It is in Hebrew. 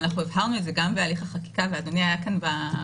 ואנחנו הבהרנו את זה גם בהליך החקיקה ואדוני היה כאן בוועדה,